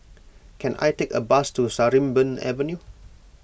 can I take a bus to Sarimbun Avenue